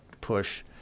push